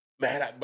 Man